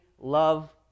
love